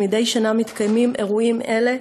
ומדי שנה מתקיימים אירועים אלה